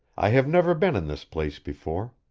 i have never been in this place before.